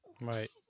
Right